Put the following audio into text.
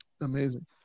amazing